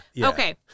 Okay